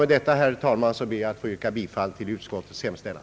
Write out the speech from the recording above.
Med detta ber jag att få yrka bifall till utskottets hemställan.